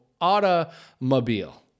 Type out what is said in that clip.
automobile